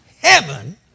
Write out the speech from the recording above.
heaven